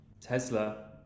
Tesla